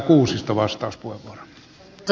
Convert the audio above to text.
arvoisa puhemies